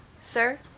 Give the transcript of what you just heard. sir